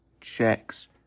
checks